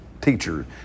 teacher